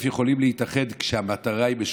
יכולים להתאחד כשהמטרה היא משותפת: